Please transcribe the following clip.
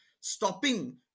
stopping